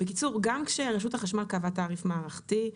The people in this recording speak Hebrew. גם כשרשות החשמל קבעה תעריף מערכתי,